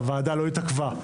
הוועדה לא התעכבה,